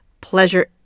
pleasure